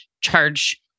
charge